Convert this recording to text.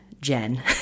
Jen